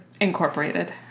incorporated